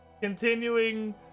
continuing